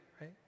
right